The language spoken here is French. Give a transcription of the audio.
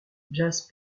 jazz